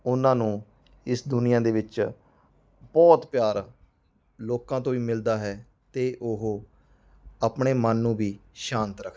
ਉਹਨਾਂ ਨੂੰ ਇਸ ਦੁਨੀਆਂ ਦੇ ਵਿੱਚ ਬਹੁਤ ਪਿਆਰ ਲੋਕਾਂ ਤੋਂ ਵੀ ਮਿਲਦਾ ਹੈ ਅਤੇ ਉਹ ਆਪਣੇ ਮਨ ਨੂੰ ਵੀ ਸ਼ਾਂਤ ਰੱਖਦੇ ਹਨ